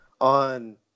on